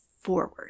forward